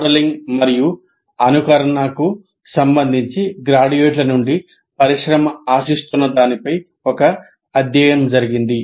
modelling మరియు అనుకరణకు సంబంధించి గ్రాడ్యుయేట్ల నుండి పరిశ్రమ ఆశిస్తున్న దానిపై ఒక అధ్యయనం జరిగింది